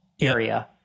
area